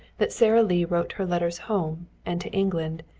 that sara lee wrote her letters home and to england,